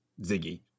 Ziggy